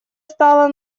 стала